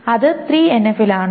അത് 3NF ൽ ആണോ